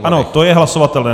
Ano, to je hlasovatelné.